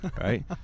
Right